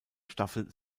staffel